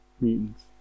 Mutants